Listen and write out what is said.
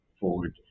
forward